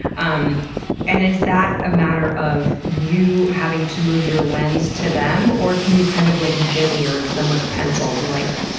um and is that a matter of you having to move your lens to them or can you kind of like gently urge them with a pencil to, like,